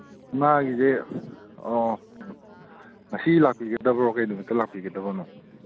ꯏꯃꯥꯒꯤꯁꯦ ꯑꯣ ꯉꯁꯤ ꯂꯥꯛꯄꯤꯒꯗꯕ꯭ꯔꯣ ꯀꯔꯤ ꯅꯨꯃꯤꯠꯇ ꯂꯥꯛꯄꯤꯒꯗꯕꯅꯣ